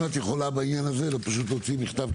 אם את יכולה בעניין הזה להוציא מכתב,